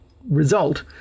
result